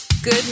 Good